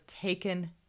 taken